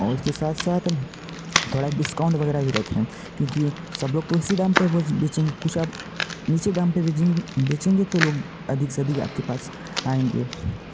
और उसके साथ साथ थोड़ा डिस्काउंट वगैरह भी रखें क्यूंकि सब लोग तो इसी दाम पे बोज बेचेंगे कुछ आप नीचे दाम पे बेजेंगे बेचेंगे तो लोग अधिक से अधिक आपके पास आएँगे